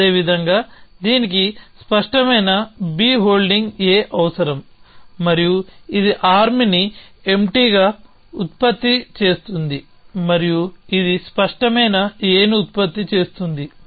అదేవిధంగా దీనికి స్పష్టమైన B హోల్డింగ్ A అవసరం మరియు ఇది ఆర్మ్ ని ఎంప్టీగా ఉత్పత్తి చేస్తుంది మరియు ఇది స్పష్టమైన Aని ఉత్పత్తి చేస్తుంది